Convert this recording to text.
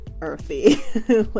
earthy